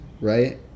right